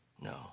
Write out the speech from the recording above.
No